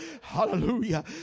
Hallelujah